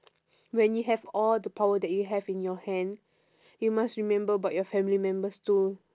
when you have all the power that you have in your hand you must remember about your family members too